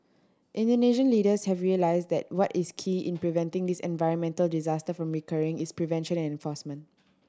Indonesian leaders have realised that what is key in preventing this environmental disaster from recurring is prevention and enforcement